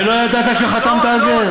ולא ידעת כשחתמת על זה?